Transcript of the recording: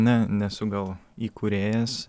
ne nesu gal įkūrėjas